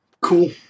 Cool